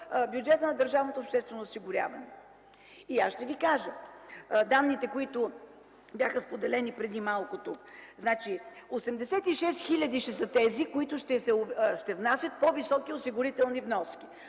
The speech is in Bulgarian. бюджета на Държавното обществено осигуряване?! Аз ще ви кажа данните, които бяха споделени преди малко тук. Осемдесет и шест хиляди ще са тези, които ще внасят по-високи осигурителни вноски.